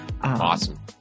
Awesome